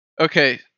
Okay